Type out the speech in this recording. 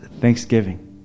thanksgiving